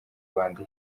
rwanda